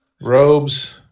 robes